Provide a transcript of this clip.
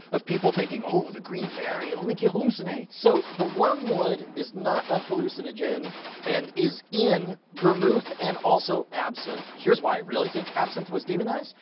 of people thinking, oh, the green fairy, it'll make you hallucinate! so, the wormwood is not a hallucinogen and is in vermouth and also absinthe. here's why i really think absinthe was demonized,